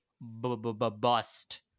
bust